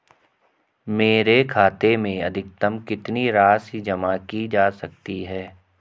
मेरे खाते में अधिकतम कितनी राशि जमा की जा सकती है?